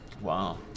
Wow